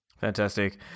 Fantastic